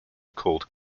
called